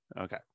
Okay